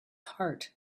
heart